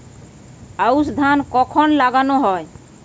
আউশ ধান কখন লাগানো হয়?